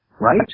right